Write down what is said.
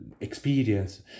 experience